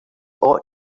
ought